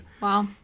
Wow